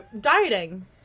dieting